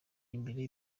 imbere